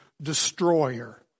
Destroyer